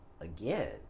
again